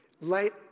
Light